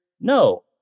No